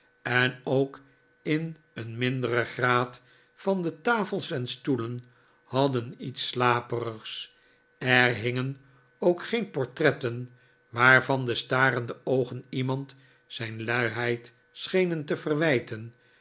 en ook in een minderen graad van de tafels en stoelen hadden iets slaperigs er hingen ook geen portretten waarvan de starende oogen iemand zijn luiheid schenen te verwijten